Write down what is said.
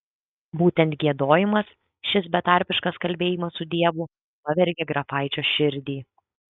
būtent giedojimas šis betarpiškas kalbėjimas su dievu pavergė grafaičio širdį